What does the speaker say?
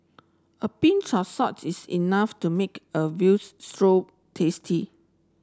a pinch of salts is enough to make a veal stew tasty